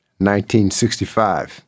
1965